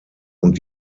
und